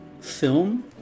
film